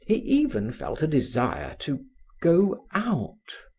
he even felt a desire to go out,